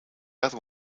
other